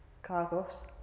cargos